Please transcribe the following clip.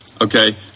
Okay